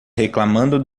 reclamando